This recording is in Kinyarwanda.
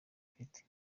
ufite